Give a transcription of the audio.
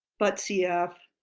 but cf,